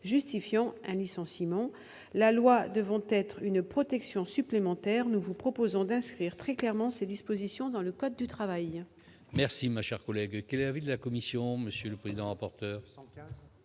justifiant un licenciement. La loi devant être une protection supplémentaire, nous vous proposons d'inscrire très clairement ces dispositions dans le code du travail.